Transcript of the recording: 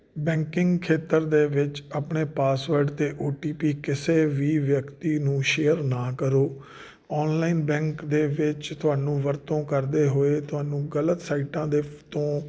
banking ਖੇਤਰ ਦੇ ਵਿੱਚ ਆਪਣੇ ਪਾਸਵਰਡ ਅਤੇ ਓ ਟੀ ਪੀ ਕਿਸੇ ਵੀ ਵਿਅਕਤੀ ਨੂੰ ਸ਼ੇਅਰ ਨਾ ਕਰੋ ਓਨਲਾਈਨ ਬੈਂਕ ਦੇ ਵਿੱਚ ਤੁਹਾਨੂੰ ਵਰਤੋਂ ਕਰਦੇ ਹੋਏ ਤੁਹਾਨੂੰ ਗਲਤ ਸਾਈਟਾਂ ਦੇ ਤੋਂ